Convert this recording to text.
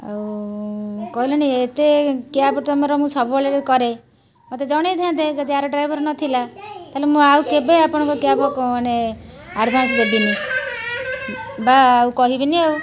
ଆଉ କହିଲେଣି ଏତେ କ୍ୟାବ୍ ତୁମର ମୁଁ ସବୁବେଳେ କରେ ମୋତେ ଜଣାଇଥାନ୍ତେ ଯଦି ଏହାର ଡ୍ରାଇଭର୍ ନଥିଲା ତା'ହେଲେ ମୁଁ ଆଉ କେବେ ଆପଣଙ୍କ କ୍ୟାବ୍ ମାନେ ଆଡ଼ଭାନ୍ସ ଦେବିନି ବା ଆଉ କହିବିନି ଆଉ